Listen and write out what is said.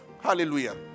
Hallelujah